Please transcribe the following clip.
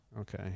Okay